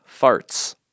farts